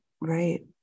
right